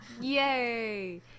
Yay